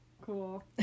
cool